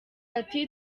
ati